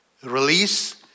Release